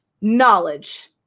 knowledge